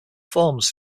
forms